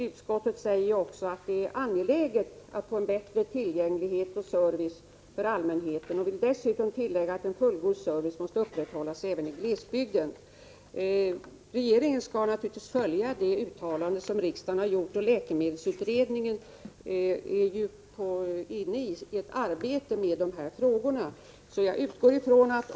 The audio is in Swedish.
Utskottet säger också att det är angeläget att få en bättre tillgänglighet och service för allmänheten och tillägger att en fullgod service måste upprätthållas även i glesbygden. Regeringen skall naturligtvis följa det uttalande som riksdagen har gjort, och läkemedelsutredningen är ju inne i sitt arbete med de här frågorna.